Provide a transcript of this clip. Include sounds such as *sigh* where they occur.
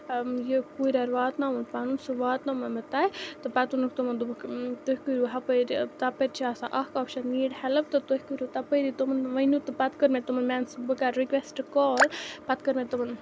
یہِ کوٗریر واتناوُن پَنُن سُہ واتنوومو مےٚ تَتہِ تہٕ پَتہٕ ووٚنُکھ تِمَن دوٚپُکھ تُہۍ کٔرِو ہَپٲرۍ تَپٲرۍ چھِ آسان اکھ آپشَن نیٖڈ ہیٚلٕپ تہٕ تُہۍ کٔرِو تَپٲری تِمَن ؤنِو تہٕ پَتہٕ کٔر مےٚ تِمَن *unintelligible* بہٕ کَرٕ رِکویسٹ کال پَتہٕ کٔر مےٚ تِمَن